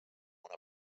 una